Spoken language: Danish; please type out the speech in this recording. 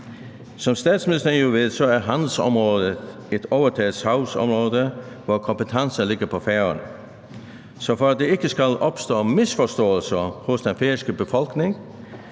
Som statsministeren jo ved, er handelsområdet et overtaget sagsområde, hvor kompetencen ligger på Færøerne. Så for at der ikke skal opstå misforståelser hos den færøske befolkning,